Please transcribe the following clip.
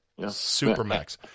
Supermax